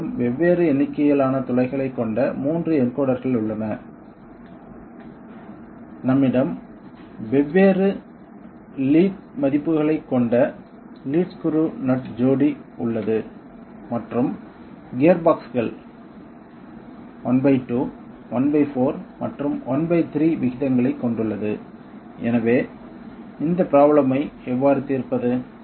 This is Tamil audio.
நம்மிடம் வெவ்வேறு எண்ணிக்கையிலான துளைகளைக் கொண்ட 3 என்கோடர்கள் உள்ளன நம்மிடம் வெவ்வேறு லீட் மதிப்புகள் கொண்ட லீட் ஸ்க்ரூ நட் ஜோடி உள்ளது மற்றும் கியர் பாக்ஸ்கள் ½ ¼ மற்றும் 13 விகிதங்களைக் கொண்டுள்ளது எனவே இந்த ப்ரோப்லேம் ஐ எவ்வாறு தீர்ப்பது